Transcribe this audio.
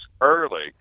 early